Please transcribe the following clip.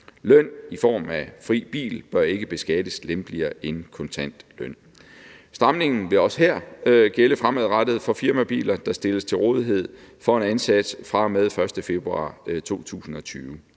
Løn i form af fri bil bør ikke beskattes lempeligere end kontant løn. Stramningen vil også her gælde fremadrettet for firmabiler, der stilles til rådighed for en ansat, fra og med den 1. februar 2020.